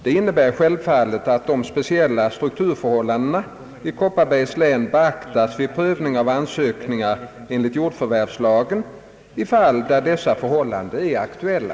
Detta innebär självfallet att de speciella strukturförhållandena i Kopparbergs län beaktas vid prövning av ansökningar enligt jordförvärvslagen i fall där dessa förhållanden är aktuella.